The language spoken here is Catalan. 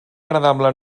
agradable